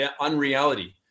unreality